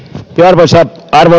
meluisia tarmo